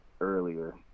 earlier